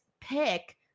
pick